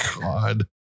God